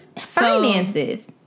finances